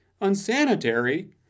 Unsanitary